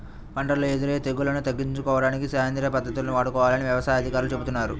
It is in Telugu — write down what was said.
పంటల్లో ఎదురయ్యే తెగుల్లను తగ్గించుకోడానికి సేంద్రియ పద్దతుల్ని వాడుకోవాలని యవసాయ అధికారులు చెబుతున్నారు